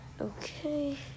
Okay